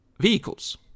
vehicles